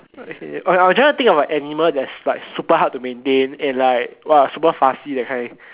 what I say I'm trying to think of an animal that is like super hard to maintain and like !wah! super fuzzy that kind